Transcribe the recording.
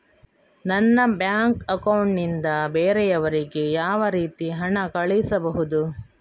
ನನ್ನ bank account ನಿಂದ ಬೇರೆಯವರಿಗೆ ಯಾವ ರೀತಿ ಹಣ ಕಳಿಸಬಹುದು?